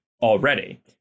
already